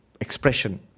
expression